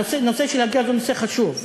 הנושא של הגז הוא נושא חשוב,